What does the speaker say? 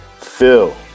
Phil